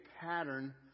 pattern